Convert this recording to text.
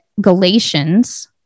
Galatians